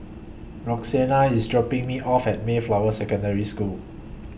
Roxanna IS dropping Me off At Mayflower Secondary School